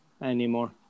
Anymore